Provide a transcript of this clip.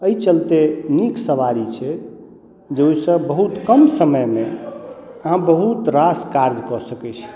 एहि चलते नीक सवारी छै जे ओहिसँ बहुत कम समय मे अहाँ बहुत रास कार्य कऽ सकै छी